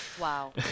Wow